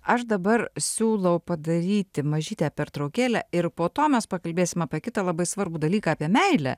aš dabar siūlau padaryti mažytę pertraukėlę ir po to mes pakalbėsim apie kitą labai svarbų dalyką apie meilę